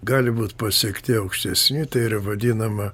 gali būt pasiekti aukštesni tai ir vadinama